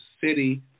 city